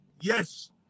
Yes